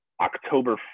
October